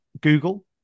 Google